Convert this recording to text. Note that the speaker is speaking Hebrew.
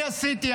אני עשיתי,